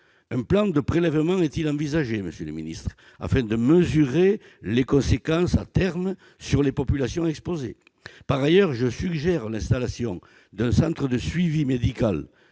Un plan de prélèvement est-il envisagé, monsieur le ministre, afin de mesurer les conséquences à terme sur les populations exposées ? Je suggère par ailleurs l'installation d'un centre de suivi médical